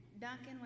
Duncan